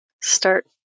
start